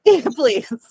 Please